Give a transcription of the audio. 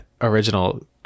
original